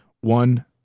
one